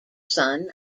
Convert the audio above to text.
son